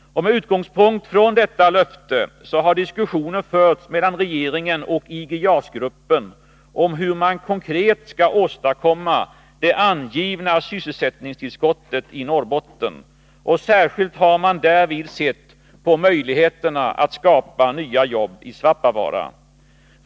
Med utgångspunkt från detta löfte har diskussioner förts mellan regeringen och IG-JAS-gruppen om hur man konkret skall åstadkomma det angivna sysselsättningstillskottet i Norrbotten. Därvid har man särskilt sett på möjligheterna att skapa nya jobb i Svappavaara.